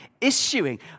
issuing